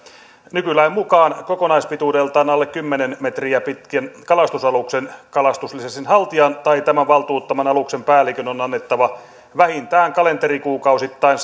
nykylain mukaan kokonaispituudeltaan alle kymmenen metriä pitkän kalastusaluksen kalastuslisenssin haltijan tai tämän valtuuttaman aluksen päällikön on annettava vähintään kalenterikuukausittain